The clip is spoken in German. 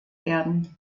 werden